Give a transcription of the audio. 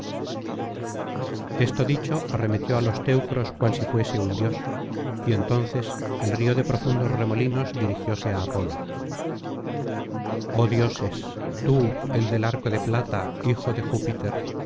esto dicho arremetió á los teucros cual si fuese un dios y entonces el río de profundos remolinos dirigióse á apolo oh dioses tú el del arco de plata hijo de júpiter